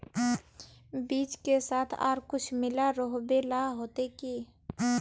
बीज के साथ आर कुछ मिला रोहबे ला होते की?